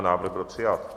Návrh byl přijat